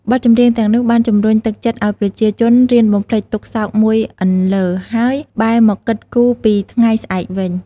បទចម្រៀងទាំងនេះបានជំរុញទឹកចិត្តឲ្យប្រជាជនរៀនបំភ្លេចទុក្ខសោកមួយអន្លើ ហើយបែរមកគិតគូរពី ថ្ងៃស្អែក វិញ។